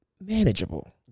manageable